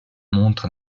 montre